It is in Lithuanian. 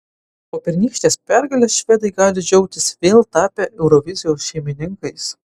po pernykštės pergalės švedai gali džiaugtis vėl tapę eurovizijos šeimininkais